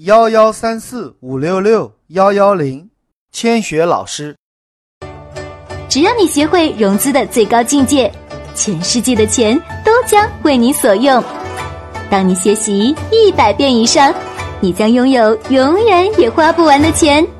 1134566110，千雪老师。只要你学会融资的最高境界，全世界的钱都将为你所用。当你学习100遍以上，你将拥有永远也花不完的钱。